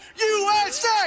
usa